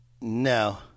No